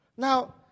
Now